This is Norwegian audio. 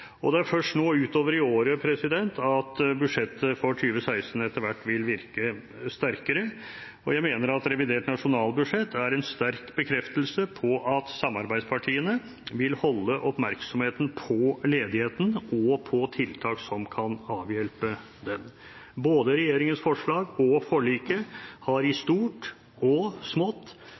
Og det er først nå, utover i året, at budsjettet for 2016 etter hvert vil virke sterkere, og jeg mener at revidert nasjonalbudsjett er en sterk bekreftelse på at samarbeidspartiene vil holde oppmerksomheten på ledigheten og på tiltak som kan avhjelpe den. Både regjeringens forslag og forliket har, i stort og i smått,